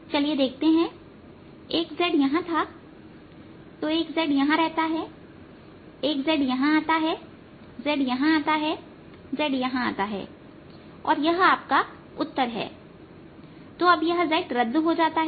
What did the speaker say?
चलिए देखते हैं एक z यहां थातो यह z यहां रहता हैयह z यहां आता है z यहां आता है z यहां आता हैz यहां आता है और यह आपका उत्तर है तो अब यह z रद्द हो जाता है